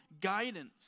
guidance